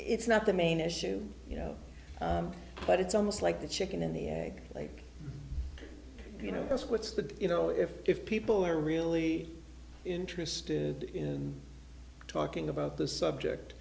it's not the main issue you know but it's almost like the chicken and the egg like you know that's what's the you know if if people are really interested in talking about this subject